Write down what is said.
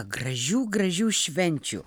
gražių gražių švenčių